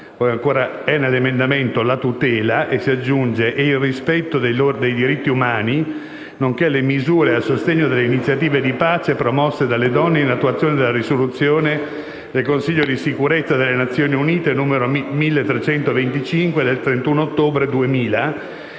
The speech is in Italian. con tattica di guerra, la tutela e il rispetto dei loro diritti umani, nonché le misure a sostegno delle iniziative di pace promosse dalle donne in attuazione della risoluzione del Consiglio di sicurezza delle Nazioni Unite n. 1325 del 31 ottobre 2000